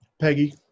Peggy